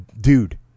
dude